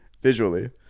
Visually